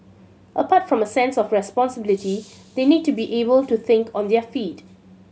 apart from a sense of responsibility they need to be able to think on their feet